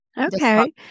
Okay